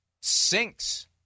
sinks